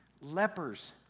lepers